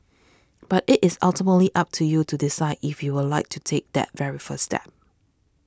but it is ultimately up to you to decide if you would like to take that very first step